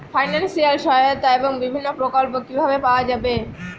Financial সহায়তা এবং বিভিন্ন প্রকল্প কিভাবে পাওয়া যাবে?